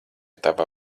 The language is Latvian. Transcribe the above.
tava